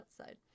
outside